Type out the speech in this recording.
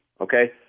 okay